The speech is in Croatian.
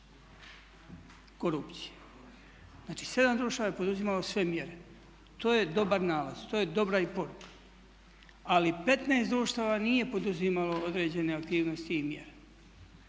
korupcije. Znači 7 društava je poduzimalo sve mjere. To je dobar nalaz, to je dobra i poruka. Ali 15 društava nije poduzimalo određene aktivnosti i mjere.